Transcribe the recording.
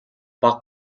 бага